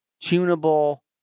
tunable